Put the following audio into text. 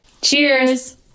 Cheers